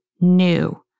new